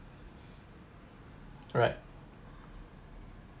right